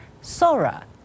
Sora